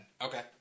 Okay